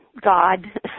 God